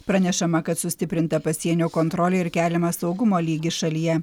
pranešama kad sustiprinta pasienio kontrolė ir keliamas saugumo lygis šalyje